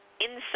Inside